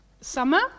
summer